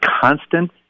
constant